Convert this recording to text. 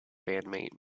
bandmate